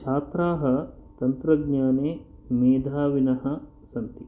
छात्राः तन्त्रज्ञाने मेधाविनः सन्ति